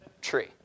tree